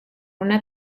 una